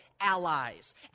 allies